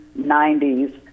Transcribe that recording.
90s